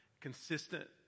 consistent